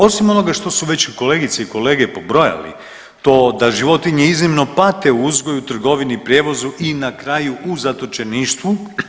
Osim onoga što su već kolegice i kolege pobrojali to da životinje iznimno pate u uzgoju, trgovini, prijevozu i na kraju u zatočeništvu.